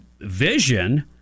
vision